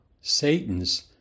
Satan's